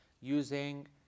Using